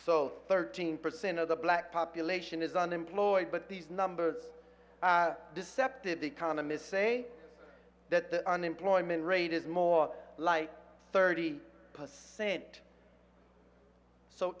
so thirteen percent of the black population is unemployed but these numbers deceptive economists say that the unemployment rate is more like thirty percent so